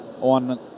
on